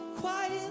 quiet